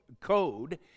code